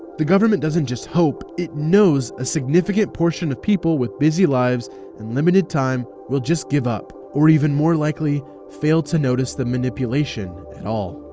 the government doesn't just hope, it knows a significant portion of people with busy lives and limited time will just give up, or even more likely, fail to notice the manipulation at all.